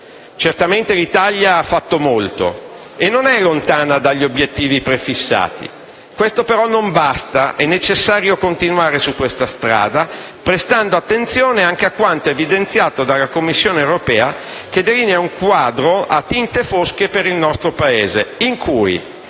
Certamente l'Italia ha fatto molto e non è lontana dagli obiettivi prefissati. Tuttavia questo non basta: è necessario continuare su questa strada, prestando attenzione anche a quanto evidenziato dalla Commissione europea, che delinea un quadro a tinte fosche per il nostro Paese, in cui